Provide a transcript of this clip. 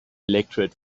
electorate